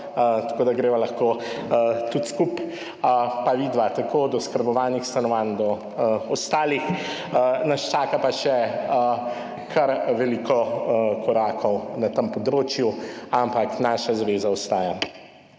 tako da greva lahko tudi skupaj, pa vidiva od oskrbovanih stanovanj do ostalih. Nas čaka pa še kar veliko korakov na tem področju, ampak naša zaveza ostaja.